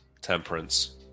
temperance